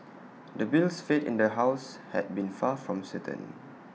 the bill's fate in the house had been far from certain